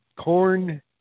Corn